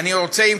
ואני רוצה,